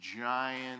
giant